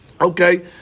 Okay